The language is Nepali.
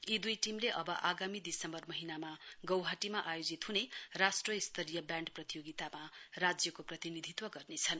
यी दुई टीमले अब आगामी दिसम्बर महीनामा गौहाटीमा आयोजित हिने राष्ट्र स्तरीय ब्याँड प्रतियोगितामा राज्यको प्रतिनिधित्व गर्नेछन्